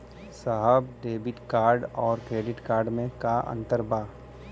साहब debit card और credit card में का अंतर बा?